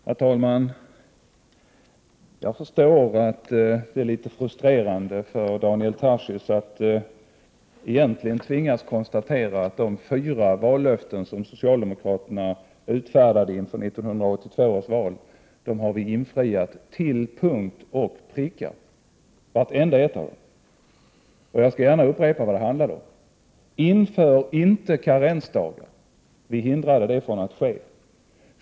Herr talman! Jag förstår att det är litet frustrerande för Daniel Tarschys att egentligen tvingas konstatera att de fyra vallöften som socialdemokraterna utfärdade inför 1982 års val har infriats till punkt och pricka, vartenda ett av dem. Jag skall gärna upprepa här vad det handlade om: Inför inte karensdagar. Vi hindrade att de infördes.